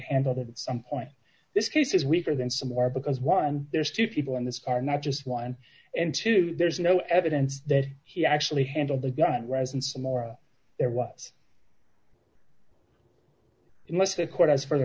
handled it at some point this case is weaker than some are because one there's two people on this are not just one and two there's no evidence that he actually handled the gun residence more there was it must be quite as for the